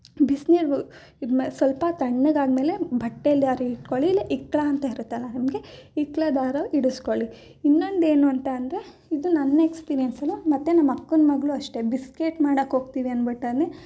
ಬಿಸಿನೀರು ಇದು ಮ ಸ್ವಲ್ಪ ತಣ್ಣಗಾದಮೇಲೆ ಬಟ್ಟೆಲ್ಯಾರು ಇಟ್ಕೊಳ್ಳಿ ಇಲ್ಲಿ ಇಕ್ಕಳ ಅಂತ ಇರುತ್ತಲ್ಲ ನಮಗೆ ಇಕ್ಳದ್ದಾದ್ರೂ ಹಿಡಿಸ್ಕೊಳ್ಳಿ ಇನ್ನೊಂದು ಏನು ಅಂತ ಅಂದರೆ ಇದು ನನ್ನ ಎಕ್ಸ್ಪೀರಿಯೆನ್ಸ್ ಅಲ್ವ ಮತ್ತೆ ನಮ್ಮ ಅಕ್ಕನ ಮಗಳೂ ಅಷ್ಟೇ ಬಿಸ್ಕೆಟ್ ಮಾಡೋಕ್ಕೋಗ್ತೀವಿ ಅಂದ್ಬಿಟ್ಟನೇ